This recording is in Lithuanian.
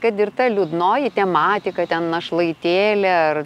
kad ir ta liūdnoji tematika ten našlaitėlė ar